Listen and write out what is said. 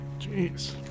Jeez